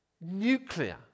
nuclear